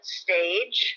stage